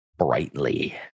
brightly